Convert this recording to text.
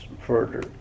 further